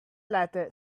lettuce